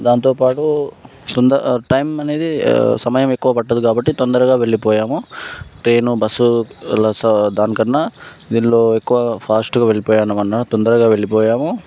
దాంతోపాటు తొంద టైం అనేది సమయం ఎక్కువ పట్టదు కాబట్టి తొందరగా వెళ్ళిపోయాము ట్రైను బస్సుల దానికన్నా దీంట్లో ఎక్కువ ఫాస్ట్గా వెళ్ళిపోయాము తొందరగా వెళ్ళిపోయాము